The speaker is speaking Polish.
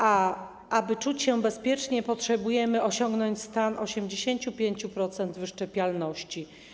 Aby czuć się bezpiecznie, potrzebujemy osiągnąć stan 85% wyszczepialności.